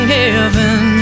heaven